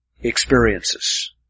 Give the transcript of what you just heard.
experiences